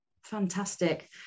Fantastic